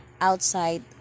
outside